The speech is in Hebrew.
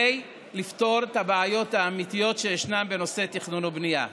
לפתור את הבעיות האמיתיות שישנן בנושא תכנון ובנייה.